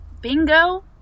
bingo